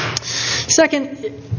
Second